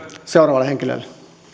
seuraavalle henkilölle